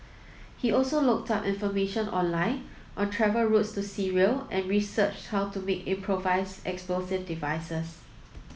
he also looked up information online on travel routes to Syria and researched how to make improvised explosive devices